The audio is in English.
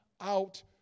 out